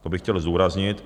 To bych chtěl zdůraznit.